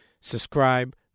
Subscribe